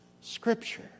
Scripture